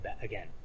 again